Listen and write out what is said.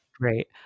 Great